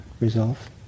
resolve